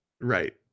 Right